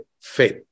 faith